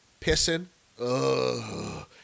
pissing